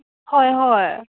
ꯍꯣꯏ ꯍꯣꯏ